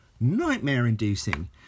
nightmare-inducing